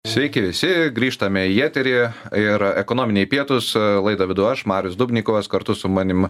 sveiki visi grįžtame į eterį ir ekonominiai pietūs laidą vedu aš marius dubnikovas kartu su manim